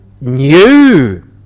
new